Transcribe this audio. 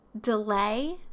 delay